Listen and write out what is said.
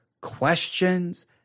questions